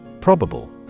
Probable